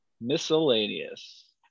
miscellaneous